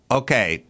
okay